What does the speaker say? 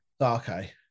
Okay